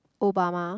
Obama